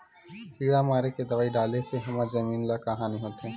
किड़ा मारे के दवाई डाले से हमर जमीन ल का हानि होथे?